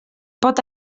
pot